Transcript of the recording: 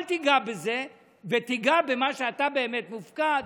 אל תיגע בזה, תיגע במה שאתה באמת מופקד